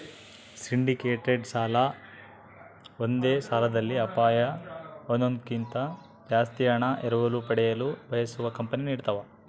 syndicated ಸಾಲ ಒಂದೇ ಸಾಲದಲ್ಲಿ ಅಪಾಯ ಹೊಂದೋದ್ಕಿಂತ ಜಾಸ್ತಿ ಹಣ ಎರವಲು ಪಡೆಯಲು ಬಯಸುವ ಕಂಪನಿ ನೀಡತವ